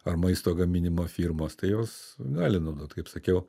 ar maisto gaminimo firmos tai jos gali naudot kaip sakiau